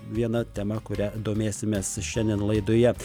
viena tema kuria domėsimės šiandien laidoje